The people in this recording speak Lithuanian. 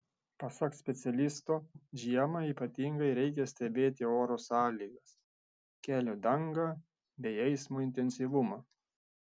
pasak specialisto žiemą ypatingai reikia stebėti oro sąlygas kelio dangą bei eismo intensyvumą